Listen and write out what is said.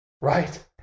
right